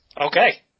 Okay